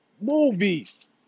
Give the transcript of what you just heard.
movies